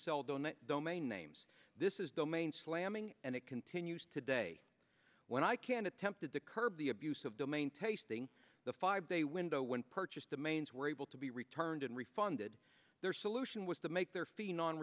sell donate domain names this is domain slamming and it continues today when i can attempted to curb the abuse of domain tasting the five day window when purchased the mains were able to be returned and refunded their solution was to make their fee non